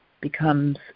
becomes